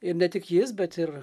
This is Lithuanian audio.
ir ne tik jis bet ir